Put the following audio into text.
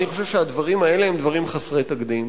אני חושב שהדברים האלה הם דברים חסרי תקדים,